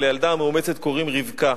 ולילדה המאומצת קוראים רבקה,